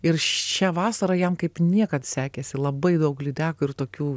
ir šią vasarą jam kaip niekad sekėsi labai daug lydekų ir tokių